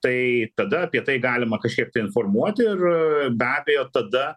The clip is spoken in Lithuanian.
tai tada apie tai galima kažkiek tai informuoti ir be abejo tada